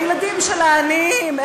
הילדים של העניים,